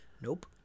Nope